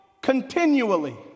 continually